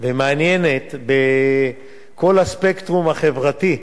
ומעניינת בכל הספקטרום החברתי,